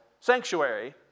sanctuary